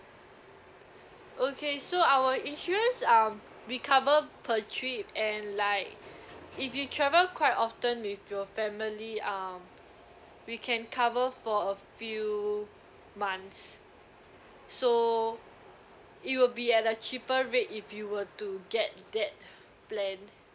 okay so our insurance um we cover per trip and like if you travel quite often with your family um we can cover for a few months so it will be at a cheaper rate if you were to get that plan